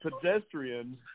pedestrians